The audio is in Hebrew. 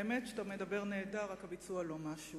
האמת היא שאתה מדבר נהדר, רק הביצוע לא משהו.